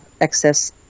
excess